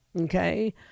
Okay